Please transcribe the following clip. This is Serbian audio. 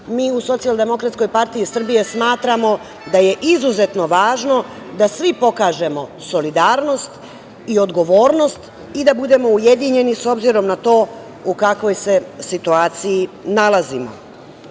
mi u Socijaldemokratskoj partiji Srbije smatramo da je izuzetno važno da svi pokažemo solidarnost i odgovornost i da budemo ujedinjeni, s obzirom na to u kakvoj se situaciji nalazimo. Građani